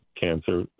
cancer